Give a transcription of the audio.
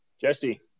Jesse